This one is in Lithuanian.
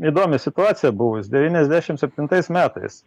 įdomi situacija buvus devyniasdešim septintais metais